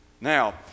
now